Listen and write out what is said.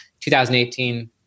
2018